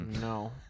no